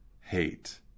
hate